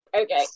okay